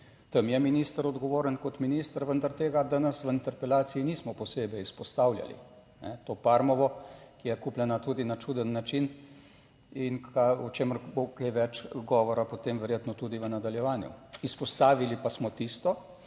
Tam je minister odgovoren kot minister, vendar tega danes v interpelaciji nismo posebej izpostavljali. To Parmovo, ki je kupljena tudi na čuden način in o čemer bo kaj več govora potem verjetno tudi v nadaljevanju. Izpostavili pa smo tisto